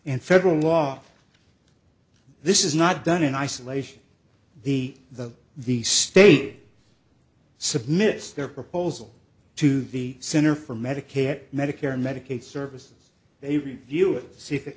and federal law this is not done in isolation the the the state submit their proposal to the center for medicare medicare medicaid services they review it se